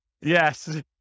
yes